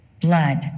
blood